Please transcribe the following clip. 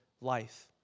life